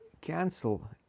cancel